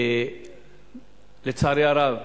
לצערי הרב,